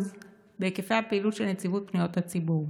בהיקפי הפעילות של נציבות פניות הציבור.